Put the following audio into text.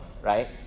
right